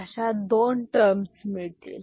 अशा दोन टर्मस मिळतील